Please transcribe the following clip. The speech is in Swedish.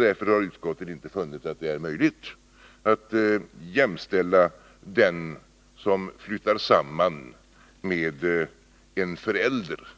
Därför har utskottet funnit att det inte är möjligt att den person som flyttar samman med en förälder